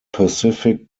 pacific